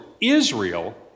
Israel